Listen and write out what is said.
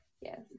Yes